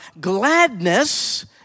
gladness